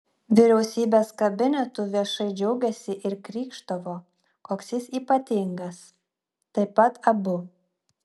vyriausybės kabinetu viešai džiaugėsi ir krykštavo koks jis ypatingas taip pat abu